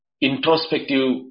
introspective